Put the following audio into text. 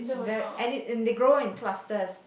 it's very and it and they grow in clusters